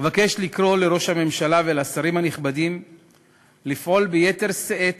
אבקש לקרוא לראש הממשלה ולשרים הנכבדים לפעול ביתר שאת